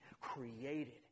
created